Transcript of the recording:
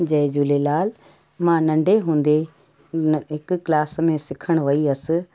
जय झूलेलाल मां नंढे हूंदे न हिकु क्लास में सिखण वई हुअसि